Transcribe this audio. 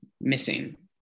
missing